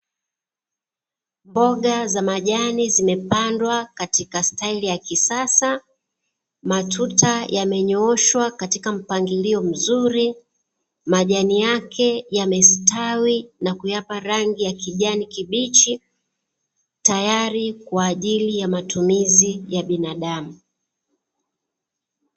Mboga za majani zimepandwa katika mitindo ya kisasa, matuta yamenyooshwa katika mpangilio mzuri, majani yake yamestawi na kuyapa rangi ya kijani kibichi, tayari kwa ajili ya matumizi ya binadamu.